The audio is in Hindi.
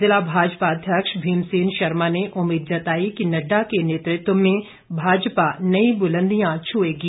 ज़िला भाजपा अध्यक्ष भीमसेन शर्मा ने उम्मीद जताई कि नड्डा के नेतृत्व में भाजपा नई बुलंदियां छुएंगी